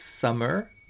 Summer